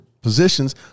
positions